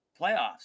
playoffs